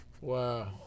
Wow